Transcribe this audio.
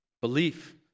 belief